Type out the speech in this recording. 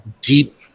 deep